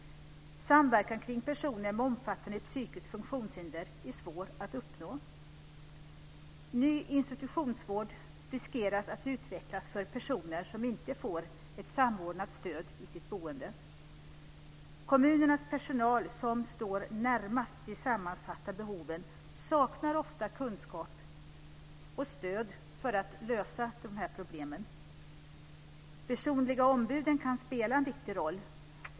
· Samverkan kring personer med omfattande psykiskt funktionshinder är svår att uppnå. · Ny institutionsvård riskeras att utvecklas för personer som inte får ett samordnat stöd i sitt boende. · Kommunernas personal, som står närmast de sammansatta behoven, saknar ofta kunskap och stöd för att lösa problemen. · Personliga ombuden kan spela en viktig roll.